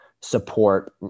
support